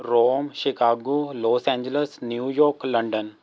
Rome Chicago Los Angeles New York London